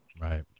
right